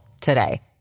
today